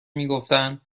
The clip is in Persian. میگفتن